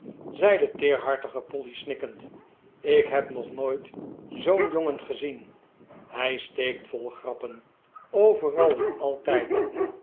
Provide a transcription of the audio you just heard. zei de teerhartige maarten chuzzlewit polly snikkend ik heb nog nooir zoo'n jongen gezien hij steekt vol grappen overal en altijd